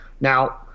now